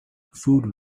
food